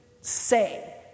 say